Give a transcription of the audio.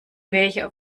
welcher